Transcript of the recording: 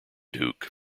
duke